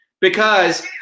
because-